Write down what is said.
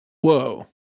Whoa